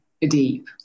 deep